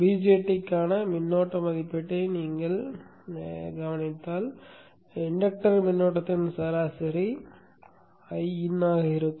BJTக்கான மின்னோட்ட மதிப்பீட்டை நீங்கள் எடுத்துக் கொண்டால் இன்டக்டர் மின்னோட்டத்தின் சராசரி Iin ஆக இருக்கும்